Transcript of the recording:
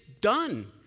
done